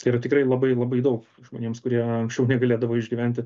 tai yra tikrai labai labai daug žmonėms kurie anksčiau negalėdavo išgyventi